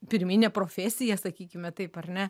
pirminė profesija sakykime taip ar ne